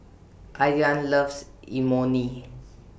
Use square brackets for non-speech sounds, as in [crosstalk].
Ayaan loves Imoni [noise]